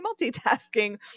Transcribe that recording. multitasking